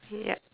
yup